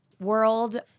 world